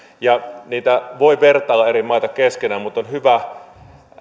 ja eri maita voi vertailla keskenään mutta on hyvä